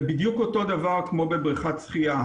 זה בדיוק אותו דבר כמו בבריכת שחייה.